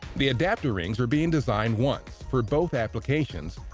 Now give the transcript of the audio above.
the adapter rings are being designed once for both applications,